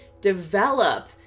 develop